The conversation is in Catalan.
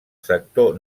sector